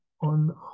on